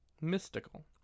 Mystical